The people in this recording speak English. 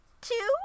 two